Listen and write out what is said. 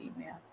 email